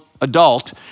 adult